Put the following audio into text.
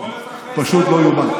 פשוט לא ייאמן,